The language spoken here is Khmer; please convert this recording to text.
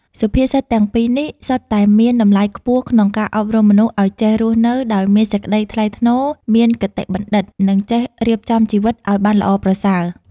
សុភាសិតទាំងពីរនេះ សុទ្ធតែមានតម្លៃខ្ពស់ក្នុងការអប់រំមនុស្សឲ្យចេះរស់នៅដោយមានសេចក្តីថ្លៃថ្នូរ មានគតិបណ្ឌិត និងចេះរៀបចំជីវិតឲ្យបានល្អប្រសើរ។